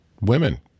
women